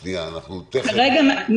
כרגע,